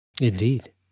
Indeed